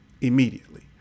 immediately